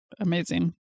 Amazing